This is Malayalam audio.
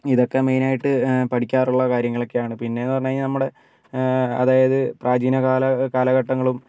ഇതൊക്കെ മെയിനായിട്ട് പഠിക്കാറുള്ള കാര്യങ്ങളൊക്കെയാണ് പിന്നെന്ന് പറഞ്ഞു കഴിഞ്ഞാൽ നമ്മുടെ അതായത് പ്രാചീന കാലം കാലഘട്ടങ്ങളും